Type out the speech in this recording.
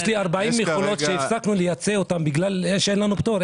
יש לי 40 מכולות שהפסקנו לייצא אותן כי אין לנו פטור,